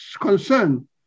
concern